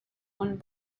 one